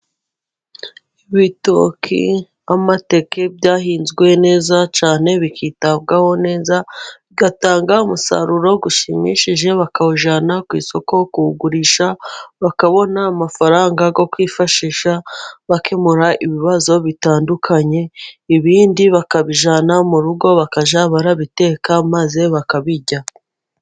Ibitoki n'amateke, byahinzwe neza cyane bikitabwaho neza, bigatanga umusaruro ushimishije, bakawujyanana ku isoko, kuwugurisha bakabona amafaranga yo kwifashisha bakemura ibibazo bitandukanye, ibindi bakabijyana mu rugo, bakajya barabiteka maze bakabijya.